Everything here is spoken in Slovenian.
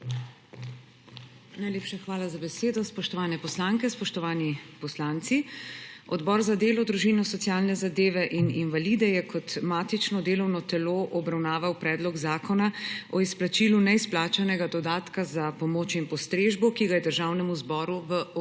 Najlepša hvala za besedo. Spoštovane poslanke, spoštovani poslanci! Odbor za delo, družino, socialne zadeve in invalide je kot matično delovno telo obravnaval Predlog zakona o izplačilu neizplačanega dodatka za pomoč in postrežbo, ki ga je Državnemu zboru v obravnavo